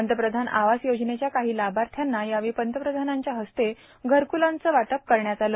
पंतप्रधान आवास योजनेच्या काही लाभाथ्याना यावेळी पंतप्रधानांच्या हस्ते घरकुलांचं वाटप करण्यात आलं